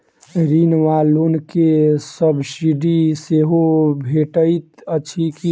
ऋण वा लोन केँ सब्सिडी सेहो भेटइत अछि की?